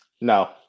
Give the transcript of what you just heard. No